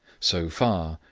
so far,